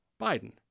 Biden